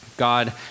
God